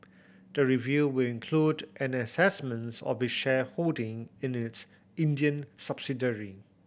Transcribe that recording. the review will include an a assessments of its shareholding in its Indian subsidiary